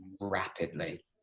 rapidly